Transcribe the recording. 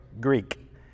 Greek